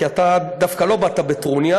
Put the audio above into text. כי אתה דווקא לא באת בטרוניה,